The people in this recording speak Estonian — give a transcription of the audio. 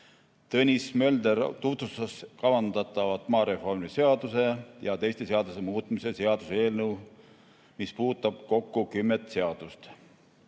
Tõnis Mölder tutvustas maareformi seaduse ja teiste seaduste muutmise seaduse eelnõu, mis puudutab kokku kümmet seadust.